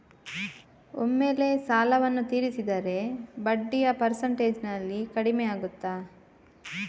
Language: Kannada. ಒಮ್ಮೆಲೇ ಸಾಲವನ್ನು ತೀರಿಸಿದರೆ ಬಡ್ಡಿಯ ಪರ್ಸೆಂಟೇಜ್ನಲ್ಲಿ ಕಡಿಮೆಯಾಗುತ್ತಾ?